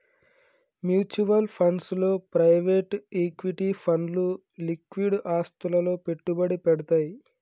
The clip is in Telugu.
మ్యూచువల్ ఫండ్స్ లో ప్రైవేట్ ఈక్విటీ ఫండ్లు లిక్విడ్ ఆస్తులలో పెట్టుబడి పెడ్తయ్